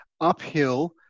uphill